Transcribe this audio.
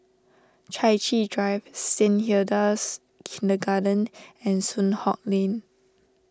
Chai Chee Drive Saint Hilda's Kindergarten and Soon Hock Lane